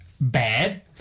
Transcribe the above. Bad